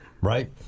right